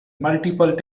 multiple